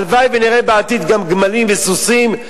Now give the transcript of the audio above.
הלוואי שנראה בעתיד גם גמלים וסוסים,